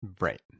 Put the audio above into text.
Right